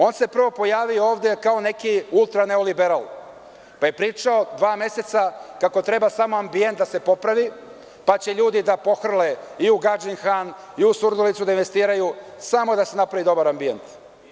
On se prvo pojavio ovde kao neki ultraneoliberal, pa je pričao dva meseca kako treba samo ambijent da se popravi, pa će ljudi da pohrle i u Gadžin Han, i u Surdulicu, da investiraju, samo da se napravi dobar ambijent.